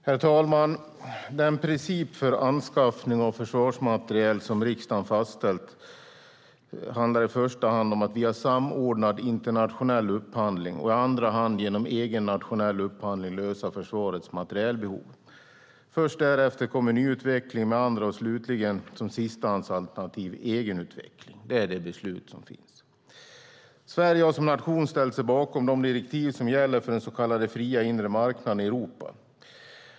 Herr talman! Den princip för anskaffning av försvarsmateriel som riksdagen har fastställt handlar om att i första hand via samordnad internationell upphandling och i andra hand genom egen nationell upphandling lösa försvarets materielbehov. Först därefter kommer nyutveckling med andra och slutligen, som sistahandsalternativ, egenutveckling. Det är det beslut som finns. Sverige har som nation ställt sig bakom de direktiv som gäller för den så kallade fria inre marknaden i Europa.